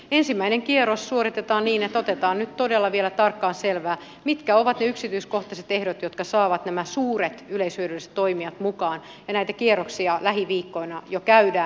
ensimmäinen kierros suoritetaan niin että otetaan nyt todella vielä tarkkaan selvää mitkä ovat ne yksityiskohtaiset ehdot jotka saavat nämä suuret yleishyödylliset toimijat mukaan ja näitä kierroksia lähiviikkoina jo käydään